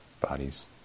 bodies